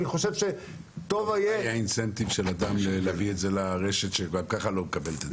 אז מה יהיה האינסטיב של אדם להביא את זה לרשת שגם ככה לא מקבלת אותו?